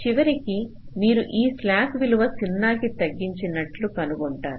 చివరికి మీరు ఈ స్లాక్ విలువ 0 కి తగ్గించినట్లు కనుగొంటారు